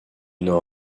n’en